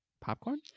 Popcorn